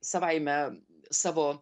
savaime savo